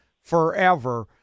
forever